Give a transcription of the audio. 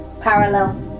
Parallel